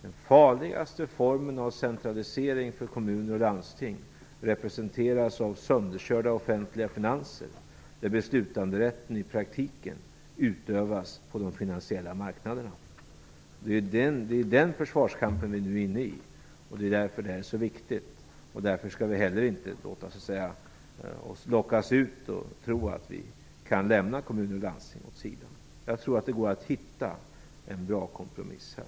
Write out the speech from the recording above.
Den farligaste formen av centralisering för kommuner och landsting representeras av sönderkörda offentliga finanser, där beslutanderätten i praktiken utövas på de finansiella marknaderna. Det är den viktiga försvarskampen som vi nu är inne i, och därför skall vi inte lockas att tro att vi kan lämna kommuner och landsting åt sidan. Jag tror att det går att hitta en bra kompromiss här.